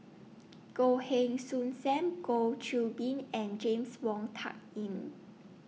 Goh Heng Soon SAM Goh Qiu Bin and James Wong Tuck Yim